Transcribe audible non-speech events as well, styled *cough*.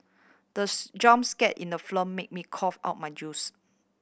the *unintelligible* jump scare in the film made me cough out my juice